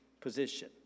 position